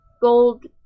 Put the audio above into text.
Gold